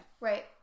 Right